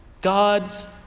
God's